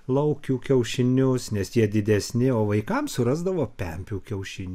laukių kiaušinius nes jie didesni o vaikams surasdavo pempių kiaušinių